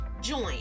join